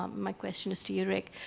um my question is to you rick.